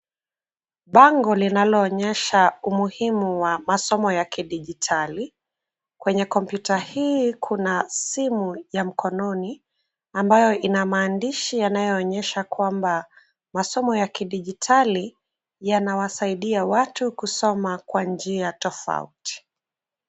Bango linaloonyesha umuhimu wa masomo ya kidijitali. Kwenye kompyuta hii kuna simu ya mkononi ambayo ina maandishi yanayoonyesha kwamba masomo ya kidijitali yanawasaidia watu kusoma kwa njia tofauti.